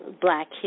Black